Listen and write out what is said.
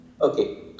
okay